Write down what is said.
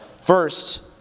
First